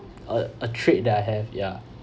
a a trait that I have ya